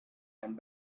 and